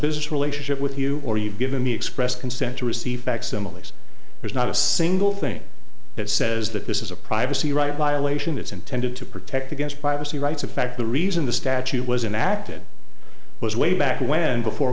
business relationship with you or you've given me express consent to receive facsimiles there's not a single thing that says that this is a privacy rights violation it's intended to protect against privacy rights in fact the reason the statute was enacted was way back when before